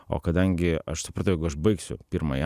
o kadangi aš supratau jeigu aš baigsiu pirmąjį